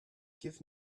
give